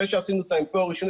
אחרי שעשינו את המיפוי הראשוני,